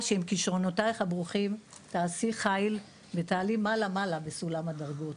שעם כישרונותייך הברוכים תעשי חיל ותעלה מעלה מעלה בסולם הדרגות.